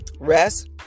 rest